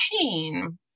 pain